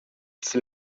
sil